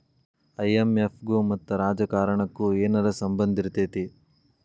IMF ಗು ಮತ್ತ ರಾಜಕಾರಣಕ್ಕು ಏನರ ಸಂಭಂದಿರ್ತೇತಿ?